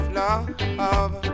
love